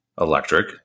electric